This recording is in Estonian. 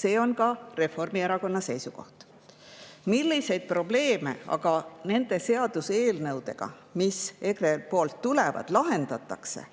See on ka Reformierakonna seisukoht. Milliseid probleeme aga nende seaduseelnõudega, mis EKRE poolt tulevad, lahendatakse,